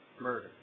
murder